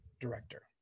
director